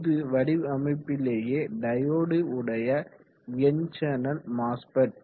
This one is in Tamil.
இது வடிவமைப்பிலேயே டையோடு உடைய என் சேனல் மாஸ்பெட்